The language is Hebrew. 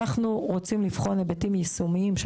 אנחנו רוצים לבחון היבטים יישומיים של